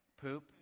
Poop